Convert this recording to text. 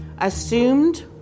assumed